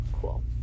Cool